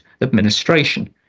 administration